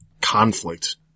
conflict